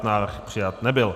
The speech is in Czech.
Návrh přijat nebyl.